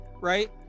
right